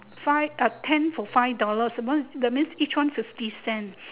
five uh ten for five dollars so means each one fifty cents